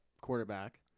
quarterback